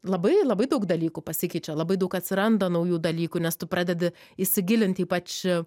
labai labai daug dalykų pasikeičia labai daug atsiranda naujų dalykų nes tu pradedi įsigilint ypač